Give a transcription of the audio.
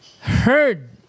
heard